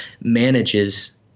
manages